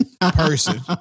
person